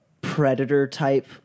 predator-type